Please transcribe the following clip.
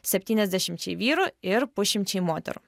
septyniasdešimčiai vyrų ir pusšimčiui moterų